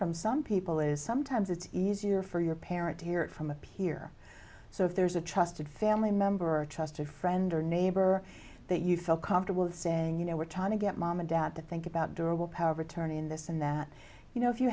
from some people is sometimes it's easier for your parent to hear it from a peer so if there's a trusted family member or a trusted friend or neighbor that you feel comfortable saying you know we're trying to get mom and dad to think about durable power of attorney in this and that you know if you